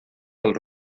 del